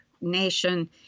nation